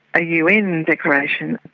a un declaration,